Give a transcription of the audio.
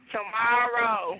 Tomorrow